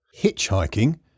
Hitchhiking